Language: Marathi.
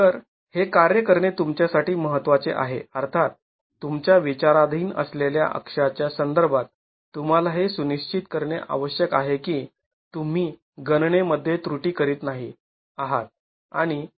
तर हे कार्य करणे तुमच्यासाठी महत्त्वाचे आहे अर्थात तुमच्या विचाराधीन असलेल्या अक्षा च्या संदर्भात तुम्हाला हे सुनिश्चित करणे आवश्यक आहे की तुम्ही गणनेमध्ये त्रुटी करीत नाही आहात